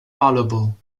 valuable